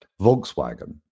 Volkswagen